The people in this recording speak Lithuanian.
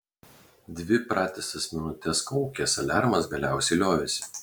dvi pratisas minutes kaukęs aliarmas galiausiai liovėsi